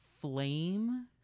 flame